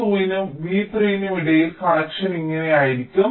V2 നും v3 നും ഇടയിൽ കണക്ഷൻ ഇങ്ങനെയായിരിക്കാം